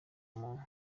muntu